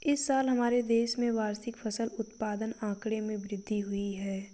इस साल हमारे देश में वार्षिक फसल उत्पादन आंकड़े में वृद्धि हुई है